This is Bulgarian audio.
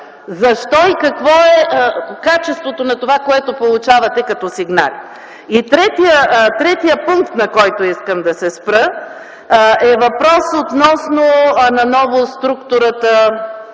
защо и какво е качеството на това, което получавате като сигнали? Третия пункт, на който искам да се спра, е въпрос относно наново структурата